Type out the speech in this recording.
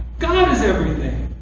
god is everything!